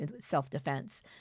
self-defense